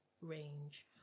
range